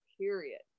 period